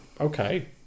okay